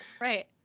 right